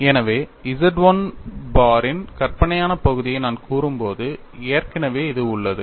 எனவே Z1 பாரின் கற்பனையான பகுதியை நான் கூறும் போது ஏற்கனவே இது உள்ளது